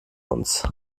uns